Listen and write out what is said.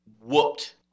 whooped